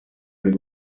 ari